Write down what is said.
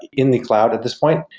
in the cloud at this point.